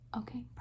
okay